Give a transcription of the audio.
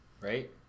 right